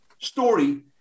story